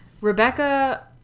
Rebecca